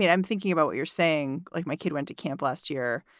and i'm thinking about what you're saying. like, my kid went to camp last year.